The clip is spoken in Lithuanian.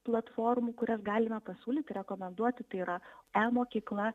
platformų kurias galime pasiūlyti rekomenduoti tai yra e mokykla